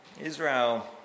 Israel